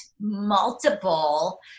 multiple